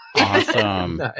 Awesome